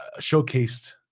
showcased